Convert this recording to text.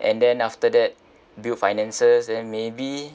and then after that build finances then maybe